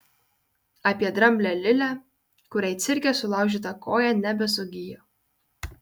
apie dramblę lilę kuriai cirke sulaužyta koja nebesugijo